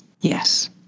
Yes